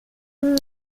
ein